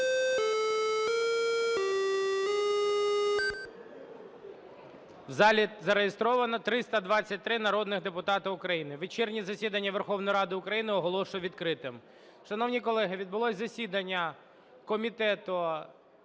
У залі зареєстровано 323 народних депутатів України. Вечірнє засідання Верховної Ради України оголошую відкритим. Шановні колеги, відбулося засідання Комітету